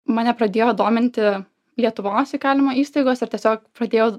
mane pradėjo dominti lietuvos įkalinimo įstaigos ir tiesiog pradėjau